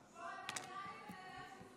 אתה נראה לי בן אדם שמסוגל להתמקד בדרש